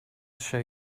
show